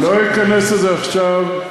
לא אכנס לזה עכשיו.